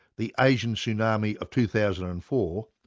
the asian tsunami of two thousand and four,